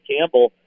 Campbell